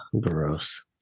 gross